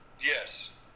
Yes